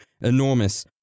Enormous